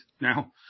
now